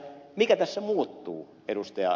mikä tässä muuttuu ed